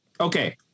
Okay